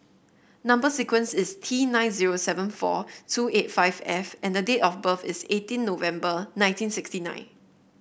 number sequence is T nine zero seven four two eight five F and date of birth is eighteen November nineteen sixty nine